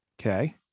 Okay